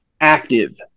active